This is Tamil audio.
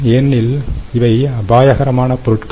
ஏனெனில் இவை அபாயகரமான பொருட்கள்